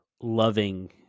loving